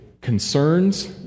concerns